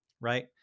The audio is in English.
right